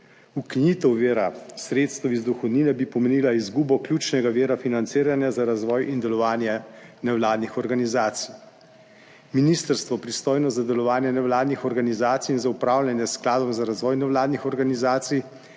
Ukinitev vira sredstev iz dohodnine bi pomenila izgubo ključnega vira financiranja za razvoj in delovanje nevladnih organizacij. Ministrstvo pristojno za delovanje nevladnih organizacij in za upravljanje s Skladom za razvoj nevladnih organizacij